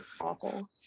awful